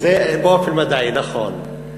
זה באופן מדעי נכון.